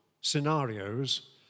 scenarios